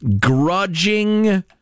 Grudging